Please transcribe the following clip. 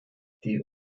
die